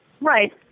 Right